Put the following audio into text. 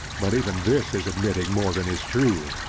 but even this is admitting more than is true,